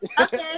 Okay